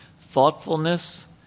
thoughtfulness